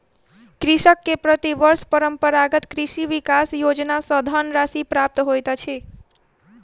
कृषक के प्रति वर्ष परंपरागत कृषि विकास योजना सॅ धनराशि प्राप्त होइत अछि